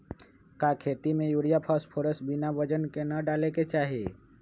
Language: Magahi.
का खेती में यूरिया फास्फोरस बिना वजन के न डाले के चाहि?